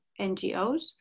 NGOs